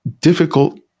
difficult